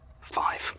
Five